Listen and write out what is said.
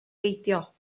beidio